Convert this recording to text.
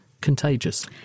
contagious